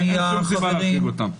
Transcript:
אין שום סיבה להחריג אותם.